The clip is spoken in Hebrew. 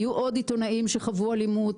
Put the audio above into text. היו עוד עיתונאים שחוו אלימות.